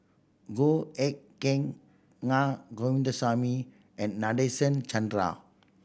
Goh Eck Kheng Na Govindasamy and Nadasen Chandra